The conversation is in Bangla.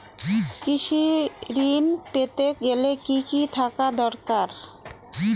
কৃষিঋণ পেতে গেলে কি কি থাকা দরকার?